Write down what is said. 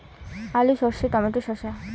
আলু সর্ষে টমেটো শসা